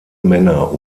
männer